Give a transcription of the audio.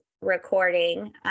recording